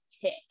tick